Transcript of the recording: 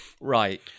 Right